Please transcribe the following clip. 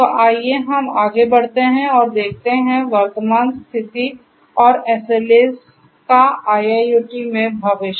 तो आइए हम आगे बढ़ते हैं और देखते हैं वर्तमान स्थिति और SLAs का IIoT में भविष्य